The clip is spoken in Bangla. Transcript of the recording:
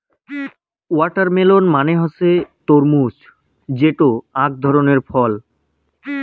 ওয়াটারমেলান মানে হসে তরমুজ যেটো আক ধরণের ফল